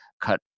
cut